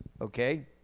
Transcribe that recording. okay